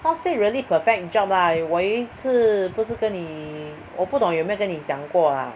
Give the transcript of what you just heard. not say really perfect job lah 我有一次不是跟你我不懂有没有跟你讲过 ah